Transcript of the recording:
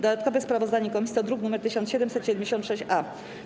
Dodatkowe sprawozdanie komisji to druk nr 1776-A.